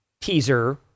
teaser